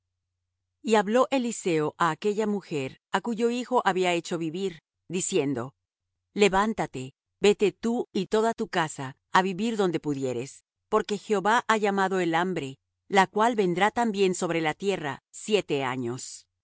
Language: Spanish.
y hablo eliseo á aquella mujer á cuyo hijo había hecho vivir diciendo levántate vete tú y toda tu casa á vivir donde pudieres porque jehová ha llamado el hambre la cual vendrá también sobre la tierra siete años